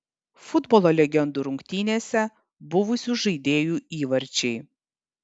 futbolo legendų rungtynėse buvusių žaidėjų įvarčiai